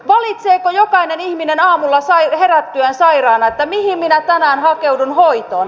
valitseeko jokainen ihminen aamulla herättyään sairaana että mihin minä tänään hakeudun hoitoon